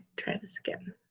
try this again.